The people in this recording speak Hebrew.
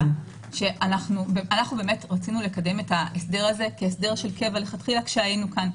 אנחנו באמת רצינו לקדם את ההסדר הזה כהסדר של קבע לכתחילה כשהיינו כאן.